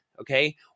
okay